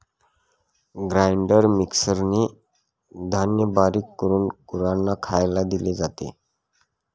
grinder मिक्सरने धान्य बारीक करून गुरांना खायला दिले जाते